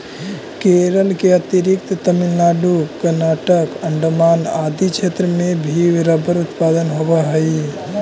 केरल के अतिरिक्त तमिलनाडु, कर्नाटक, अण्डमान आदि क्षेत्र में भी रबर उत्पादन होवऽ हइ